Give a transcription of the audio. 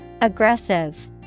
Aggressive